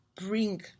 bring